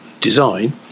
design